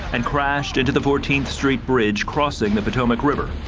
and crashed into the fourteenth street bridge crossing the potomac river.